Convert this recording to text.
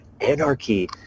anarchy